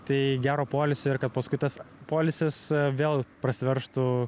tai gero poilsio ir kad paskui tas poilsis vėl prasiveržtų